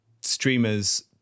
streamers